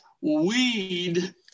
weed